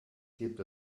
gibt